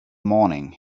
morning